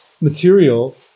material